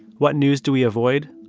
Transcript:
what news do we avoid?